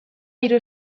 hiru